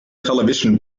television